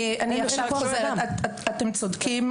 אתם צודקים.